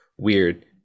weird